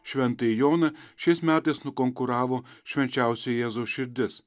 šventąjį joną šiais metais nukonkuravo švenčiausioji jėzaus širdis